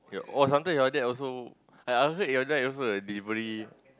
oh sometimes your dad also eh I heard your dad also uh delivery